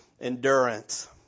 Endurance